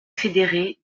fédérés